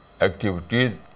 activities